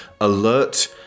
alert